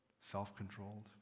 self-controlled